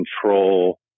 control